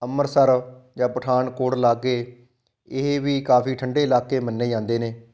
ਅੰਮ੍ਰਿਤਸਰ ਜਾਂ ਪਠਾਨਕੋਟ ਲਾਗੇ ਇਹ ਵੀ ਕਾਫੀ ਠੰਡੇ ਇਲਾਕੇ ਮੰਨੇ ਜਾਂਦੇ ਨੇ